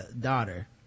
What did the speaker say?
daughter